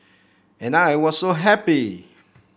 and I was so happy